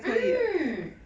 mm